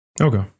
Okay